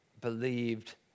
believed